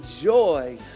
joy